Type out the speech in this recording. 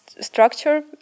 structure